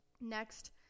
next